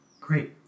Great